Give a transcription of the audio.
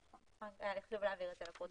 היה חשוב לי להבהיר את זה לפרוטוקול.